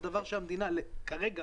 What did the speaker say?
זה דבר שהמדינה כרגע